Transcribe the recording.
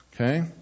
okay